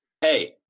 Hey